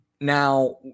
Now